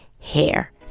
hair